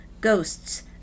ghosts